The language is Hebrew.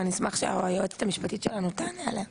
ואני אשמח שהיועצת המשפטית שלנו תענה עליה.